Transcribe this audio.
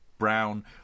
brown